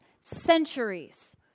centuries